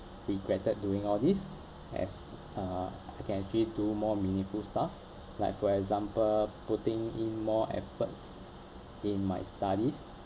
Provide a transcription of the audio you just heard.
regretted doing all these as uh I can actually do more meaningful stuff like for example putting in more efforts in my studies